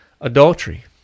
Adultery